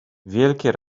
wielkie